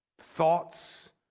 thoughts